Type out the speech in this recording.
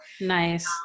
nice